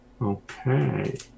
Okay